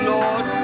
Lord